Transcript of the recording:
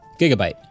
Gigabyte